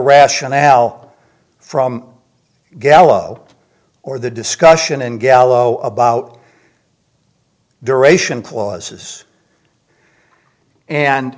rationale from gallow or the discussion in gallo about duration clauses and